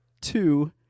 Two